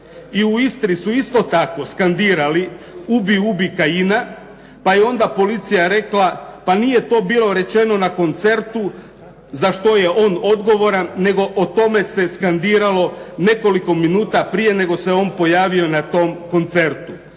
I u Istri su isto tako skandirali "Ubij, ubij Kajina!" pa je onda policija rekla pa nije to bilo rečeno na koncertu za što je on odgovoran nego o tome se skandiralo nekoliko minuta prije nego se on pojavio na tom koncertu.